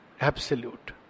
absolute